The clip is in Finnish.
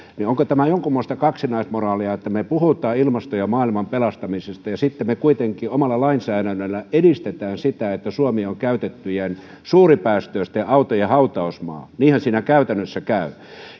onko tämä jonkunmoista kaksinaismoraalia että me puhumme ilmaston ja maailman pelastamisesta ja sitten kuitenkin omalla lainsäädännöllä edistämme sitä että suomi on käytettyjen suuripäästöisten autojen hautausmaa niinhän siinä käytännössä käy